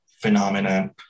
phenomena